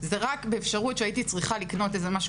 זה רק באפשרות שהייתי צריכה לקנות איזה משהו